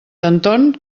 anton